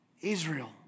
Israel